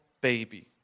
baby